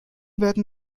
werden